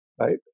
Right